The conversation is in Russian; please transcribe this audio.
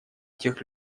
тех